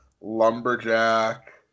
lumberjack